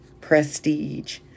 prestige